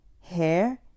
hair